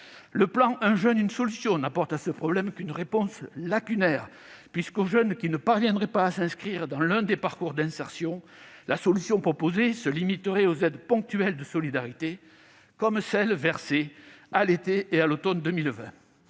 Le plan « un jeune, une solution » n'apporte à ce problème qu'une réponse lacunaire, puisqu'au jeune qui ne parviendrait pas à s'inscrire dans l'un des parcours d'insertion, la « solution » proposée se limiterait aux aides ponctuelles de solidarité, comme celles versées à l'été et à l'automne 2020.